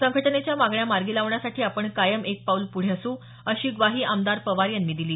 संघटनेच्या मागण्या मार्गी लावण्यासाठी आपण कायम एक पाऊल पुढे असू अशी ग्वाही आमदार पवार यांनी दिली